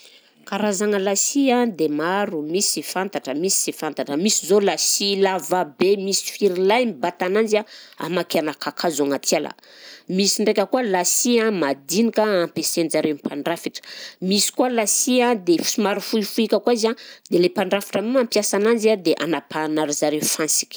Karazagna lasy a dia maro, misy fantatra, misy sy fantatra, misy zao lasy lava be misy firy lahy mibata ananjy a amakiàna kakazo agnaty ala, misy ndraika koa lasy a madinika ampiasain'jareo mpandrafitra, misy koa lasy a dia fo- somary fohifohika koa izy a dia lay mpandrafitra io mampiasa ananjy a dia anapahana ry zareo fansika.